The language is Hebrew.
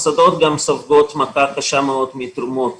המוסדות גם סופגים מכה קשה מאוד מתרומות